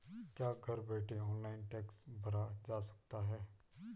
क्या घर बैठे ऑनलाइन टैक्स भरा जा सकता है?